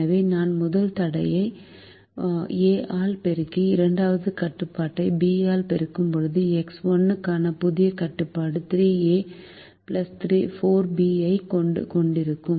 எனவே நான் முதல் தடையை a ஆல் பெருக்கி இரண்டாவது கட்டுப்பாட்டை b ஆல் பெருக்கும்போது X1 க்கான புதிய கட்டுப்பாடு 3a 4b ஐக் கொண்டிருக்கும்